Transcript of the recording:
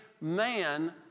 man